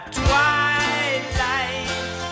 twilight